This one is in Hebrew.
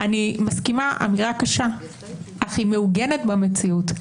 אני מסכימה, אמירה קשה, אך היא מעוגנת במציאות.